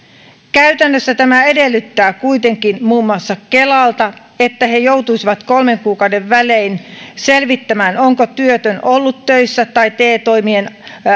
käytännössä tämä edellyttää kuitenkin muun muassa kelalta että he joutuisivat kolmen kuukauden välein selvittämään onko työtön ollut töissä tai te toimien